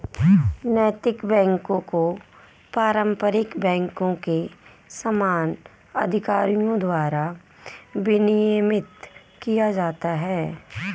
नैतिक बैकों को पारंपरिक बैंकों के समान अधिकारियों द्वारा विनियमित किया जाता है